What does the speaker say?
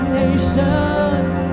nations